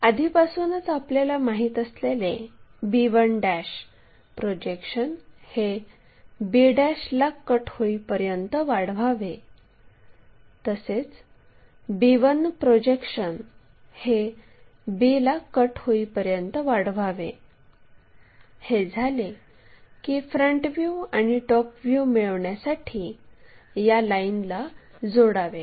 आधीपासूनच आपल्याला माहित असलेले b1 प्रोजेक्शन हे b ला कट होईपर्यंत वाढवावे तसेच b1 प्रोजेक्शन हे b ला कट होईपर्यंत वाढवावे हे झाले की फ्रंट व्ह्यू आणि टॉप व्ह्यू मिळविण्यासाठी या लाईनला जोडावे